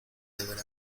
beber